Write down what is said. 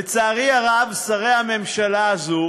לצערי הרב, שרי הממשלה הזו